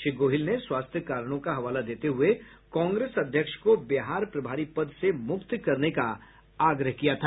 श्री गोहिल ने स्वास्थ्य कारणों का हवाला देते हुये कांग्रेस अध्यक्ष को बिहार प्रभारी पद से मुक्त करने का आग्रह किया था